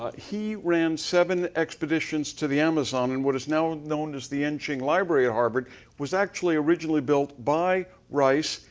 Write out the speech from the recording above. but he ran seven expeditions to the amazon. and what is now known as the yenching library at harvard was actually originally built by rice,